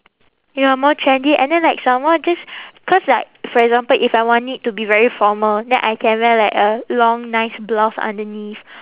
ya more trendy and then like some more just cause like for example if I want it to be very formal then I can wear like a long nice blouse underneath